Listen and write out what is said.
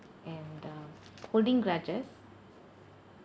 and um holding grudges